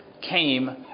came